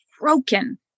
broken